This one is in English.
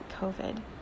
COVID